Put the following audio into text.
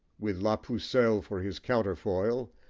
with la pucelle for his counterfoil,